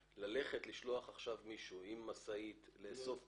ללכת ולשלוח עכשיו מישהו עם משאית כדי לאסוף